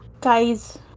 guys